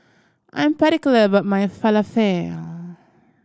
I'm particular about my Falafel